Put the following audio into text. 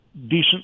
decent